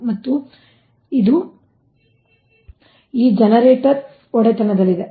ಮತ್ತು ಇದು ಈ ಜನರೇಟರ್ ಒಡೆತನದಲ್ಲಿದೆ